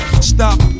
Stop